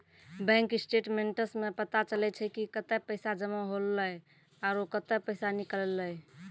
bank statements सें पता चलै छै कि कतै पैसा जमा हौले आरो कतै पैसा निकललै